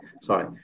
Sorry